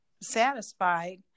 satisfied